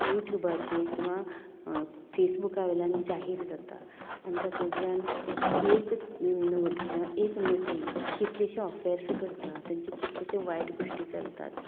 युट्यूबाचेर किंवां फेसबूका वयल्यान जाहीर जाता आनी तातूंतल्यान एक नट किंवां एक नटी कितलेशे अफेर्स करता तेंचे कितलेशें वायट गोश्टी चलतात